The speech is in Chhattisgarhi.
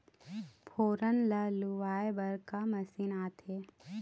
फोरन ला लुआय बर का मशीन आथे?